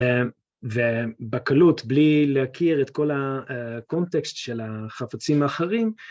‫ובקלות, בלי להכיר את כל הקונטקסט ‫של החפצים האחרים.